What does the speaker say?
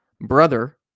brother